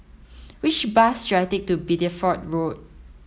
which bus should I take to Bideford Road